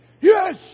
yes